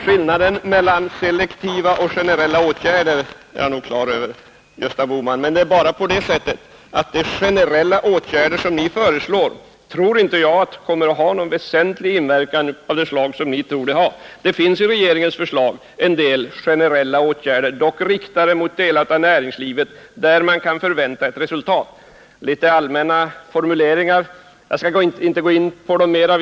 Skillnaden mellan selektiva och generella åtgärder är jag nog klar över, herr Bohman. Det är bara på det sättet att jag anser att de generella åtgärder som ni föreslår inte kommer att ha någon väsentlig inverkan på det sätt som ni tror. Regeringens förslag inrymmer en del generella åtgärder, dock riktade mot delar av näringslivet där man kan förvänta ett resultat. Det är litet allmänna formuleringar här som jag inte skall gå in på mera nu.